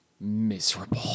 miserable